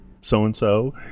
so-and-so